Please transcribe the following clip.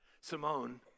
Simone